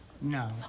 no